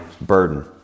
burden